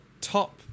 top